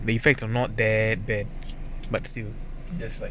the effects are not there but still just like